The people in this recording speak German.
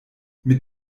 mit